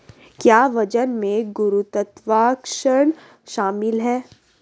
क्या वजन में गुरुत्वाकर्षण शामिल है?